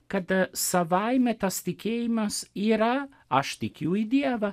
kad savaime tas tikėjimas yra aš tikiu į dievą